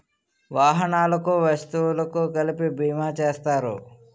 వాహనాలకు వ్యక్తులకు కలిపి బీమా చేస్తారు